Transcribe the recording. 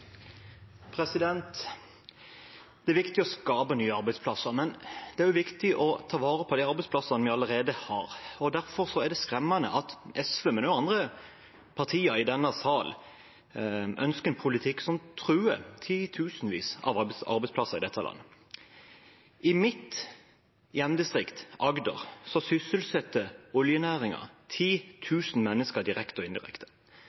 viktig å skape nye arbeidsplasser, men det er også viktig å ta vare på de arbeidsplassene vi allerede har. Derfor er det skremmende at SV, men også andre partier i denne sal, ønsker en politikk som truer titusenvis av arbeidsplasser i dette landet. I mitt hjemdistrikt, Agder, sysselsetter oljenæringen 10 000 mennesker direkte og indirekte.